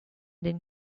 den